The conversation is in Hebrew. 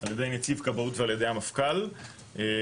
על ידי נציב כבאות ועל ידי המפכ"ל לרכש